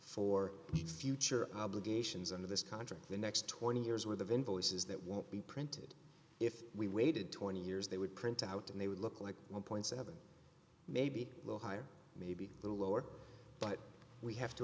for future obligations under this contract the next twenty years worth of invoices that won't be printed if we waited twenty years they would print out and they would look like one dollar maybe a little higher maybe a little lower but we have to